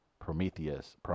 Prometheus